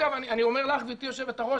אני אומר לך גברתי יושבת הראש,